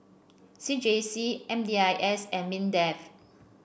C J C M D I S and Mindef